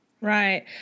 Right